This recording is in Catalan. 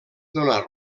donar